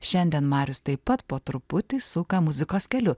šiandien marius taip pat po truputį suka muzikos keliu